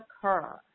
occur